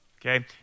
okay